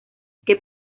que